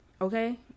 Okay